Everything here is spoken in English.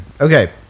Okay